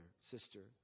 sister